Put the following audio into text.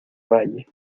valle